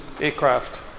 Aircraft